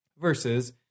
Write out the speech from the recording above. Versus